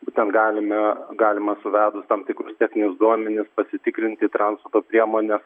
būtent galime galima suvedus tam tikrus techninius duomenis pasitikrinti transporto priemonės